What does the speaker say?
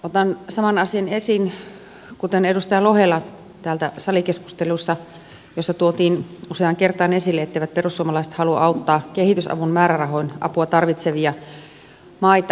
otan saman asian esiin kuin edustaja lohela täällä salikeskustelussa jossa tuotiin useaan kertaan esille etteivät perussuomalaiset halua auttaa kehitysavun määrärahoin apua tarvitsevia maita